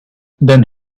then